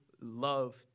love